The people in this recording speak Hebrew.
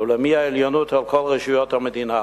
ולמי העליונות על כל רשויות המדינה.